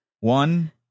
one